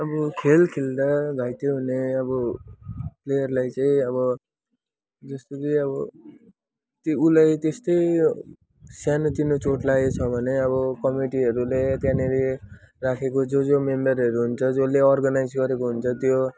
अब खेल खेल्दा घाइते हुने अब प्लेयरलाई चाहिँ अब जस्तो कि अब ती उसलाई त्यस्तै सानोतिनो चोट लागेछ भने अब कमिटीहरूले त्यहाँनेरि राखेको जो जो मेम्बरहरू हुन्छ जसले अर्गानाइज गरेको हुन्छ त्यो